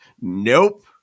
Nope